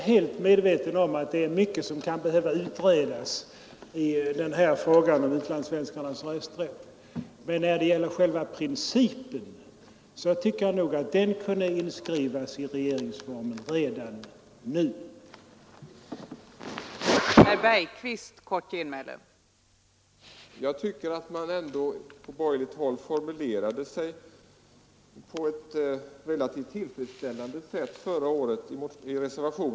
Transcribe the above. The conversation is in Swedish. Jag är helt medveten om att det är mycket som kan behöva utredas i den här frågan om utlandssvenskarnas rösträtt, men själva principen borde kunna inskrivas i regeringsformen redan nu.